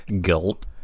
Guilt